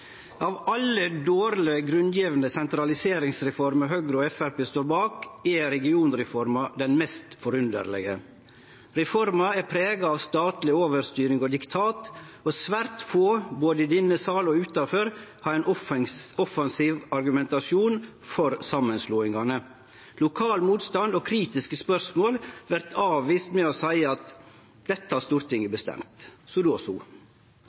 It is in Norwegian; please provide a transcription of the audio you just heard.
av en stortingsrepresentant. Av alle dårleg grunngjevne sentraliseringsreformer Høgre og Framstegspartiet står bak, er regionreforma den mest forunderlege. Reforma er prega av statleg overstyring og diktat, og svært få, både i denne salen og utanfor, har ein offensiv argumentasjon for samanslåingane. Lokal motstand og kritiske spørsmål vert avvist med å seie: Dette har Stortinget bestemt – så